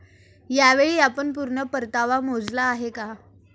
यावेळी आपण पूर्ण परतावा मोजला आहे का?